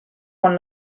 con